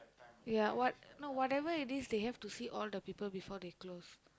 ya what no whatever it is they have to see all the people before they close